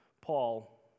Paul